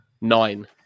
nine